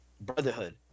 Brotherhood